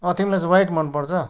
अँ तिमीलाई चाहिँ व्हाइट मन पर्छ